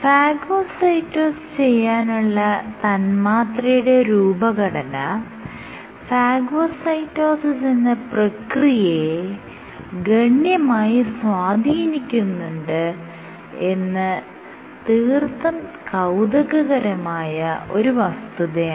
phagocytosed ചെയ്യാനുള്ള തന്മാത്രയുടെ രൂപഘടന ഫാഗോസൈറ്റോസിസ് എന്ന പ്രക്രിയയെ ഗണ്യമായി സ്വാധീനിക്കുന്നുണ്ട് എന്നത് തീർത്തും കൌതുകകരമായ ഒരു വസ്തുതയാണ്